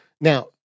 Now